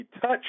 Touch